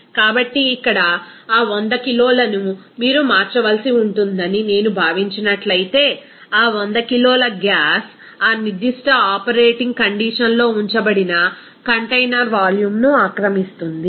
కాబట్టి ఇక్కడ ఆ 100 కిలోలని మీరు మార్చవలసి ఉంటుందని నేను భావించినట్లయితే ఆ 100 కిలోల గ్యాస్ ఆ నిర్దిష్ట ఆపరేటింగ్ కండిషన్లో ఉంచబడిన కంటైనర్ వాల్యూమ్ను ఆక్రమిస్తుంది